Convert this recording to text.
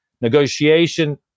Negotiation